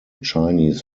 chinese